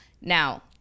Now